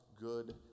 good